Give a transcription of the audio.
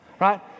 right